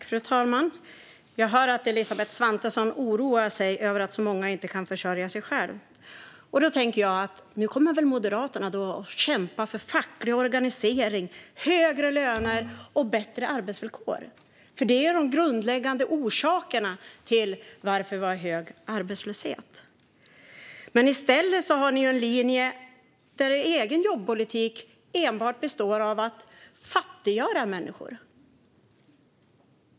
Fru talman! Jag hör att Elisabeth Svantesson oroar sig över att så många inte kan försörja sig själva. Då tänker jag att Moderaterna kommer att kämpa för facklig organisering, högre löner och bättre arbetsvillkor för att motverka de grundläggande orsakerna till att vi har hög arbetslöshet. Men i stället består deras jobbpolitik enbart av att fattiggöra människor.